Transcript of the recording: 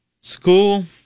School